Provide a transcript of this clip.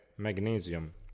magnesium